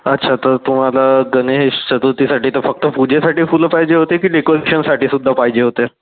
अच्छा तर तुम्हाला गणेश चतुर्थीसाठी तर फक्त पूजेसाठी फुलं पाहिजे होती की डेकोरेशनसाठी सुद्धा पाहिजे होते